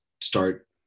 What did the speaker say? start